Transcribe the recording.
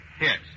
Yes